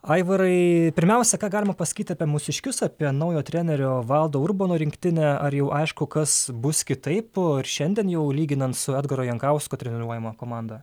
aivarai pirmiausia ką galima pasakyti apie mūsiškius apie naujo trenerio valdo urbono rinktinę ar jau aišku kas bus kitaip ir šiandien jau lyginant su edgaro jankausko treniruojama komanda